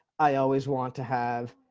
i always want to have